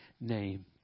name